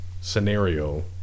scenario